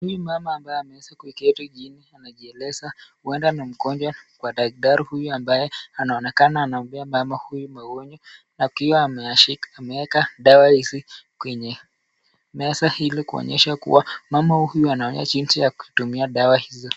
Huyu ni mama ambaye ameweza kuiketi chini anajieleza, uenda ni mgonjwa, kwa dakatari huyu ambaye anaonekana anampea mama huyu maoni akiwa ameweka dawa hizi kwenye meza ili kuonyesha kuwa mama huyu anaonyesha jinsi ya kutumia dawa hizo.